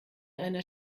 einer